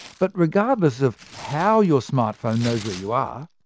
but regardless of how your smartphone knows where you are,